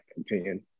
opinion